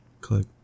Click